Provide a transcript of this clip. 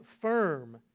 firm